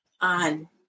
on